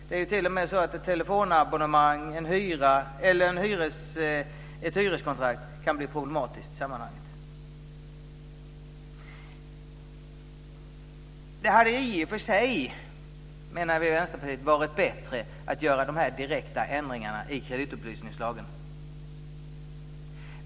Det är t.o.m. så att ett telefonabonnemang eller ett hyreskontrakt kan bli problematiskt i sammanhanget. Vi i Vänsterpartiet menar att det i och för sig hade varit bättre att göra de direkta ändringarna i kreditupplysningslagen.